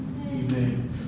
Amen